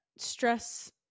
Stress